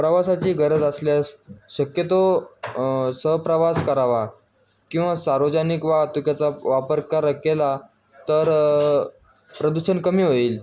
प्रवासाची गरज असल्यास शक्यतो सहप्रवास करावा किंवा सार्वजनिक वाहतुकीचा वापर केला तर प्रदूषण कमी होईल